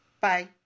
Bye